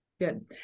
Good